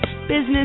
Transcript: business